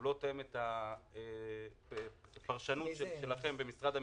לא תואם את הפרשנות שלכם במשרד המשפטים,